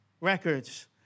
records